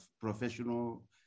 professional